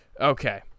okay